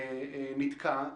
נתקע.